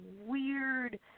weird